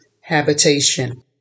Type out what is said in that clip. habitation